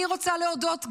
אני רוצה להודות,